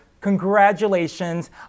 congratulations